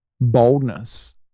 boldness